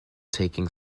taking